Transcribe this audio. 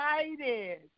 excited